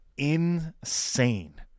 Insane